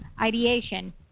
ideation